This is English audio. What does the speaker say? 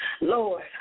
Lord